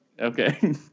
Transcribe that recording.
Okay